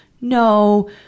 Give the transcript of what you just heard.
no